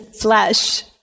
flesh